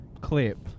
clip